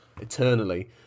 eternally